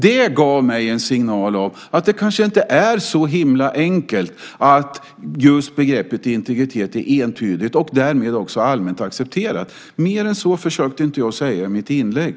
Det gav mig en signal om att det kanske inte är så enkelt, entydigt och allmänt accepterat. Mer än så försökte jag inte säga i mitt inlägg.